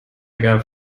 gab